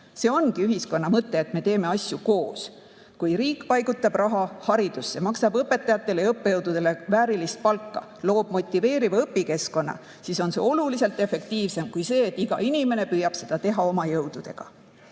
See ongi ühiskonna mõte, et me teeme asju koos. Kui riik paigutab raha haridusse, maksab õpetajatele ja õppejõududele väärilist palka, loob motiveeriva õpikeskkonna, siis on see oluliselt efektiivsem kui see, et iga inimene püüab seda teha oma jõududega.